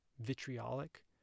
vitriolic